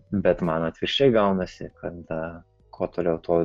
bet man atvirkščiai gaunasi kad kuo toliau tuo